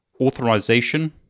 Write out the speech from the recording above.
Authorization